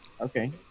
Okay